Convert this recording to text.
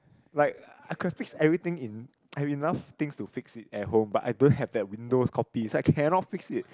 like I could have fix everything in I have enough things to fix it at home but I don't have that windows copy so I cannot fix it